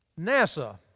NASA